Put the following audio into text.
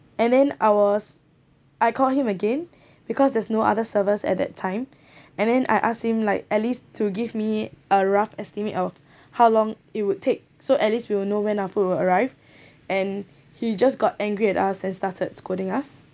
and then I was I call him again because there's no other servers at that time and then I ask him like at least to give me a rough estimate of how long it would take so at least we will know when our food will arrive and he just got angry at us and started scolding us